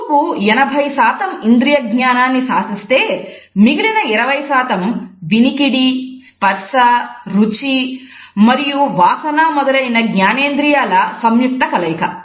చూపు 80 శాతం ఇంద్రియ జ్ఞానాన్ని శాసిస్తే మిగిలిన 20 శాతం వినికిడి స్పర్స రుచి మరియు వాసన మొదలైన జ్ఞానేంద్రియాల సంయుక్త కలయిక